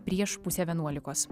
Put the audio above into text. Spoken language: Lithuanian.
prieš pusę vienuolikos